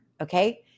okay